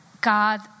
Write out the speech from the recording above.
God